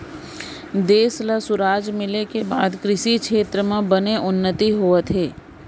देस ल सुराज मिले के बाद कृसि छेत्र म बने उन्नति होवत हे